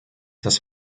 das